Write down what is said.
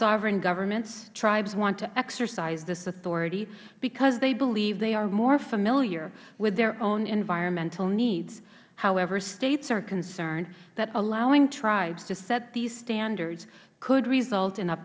sovereign governments tribes want to exercise this authority because they believe they are more familiar with their own environmental needs however states are concerned that allowing tribes to set these standards could result in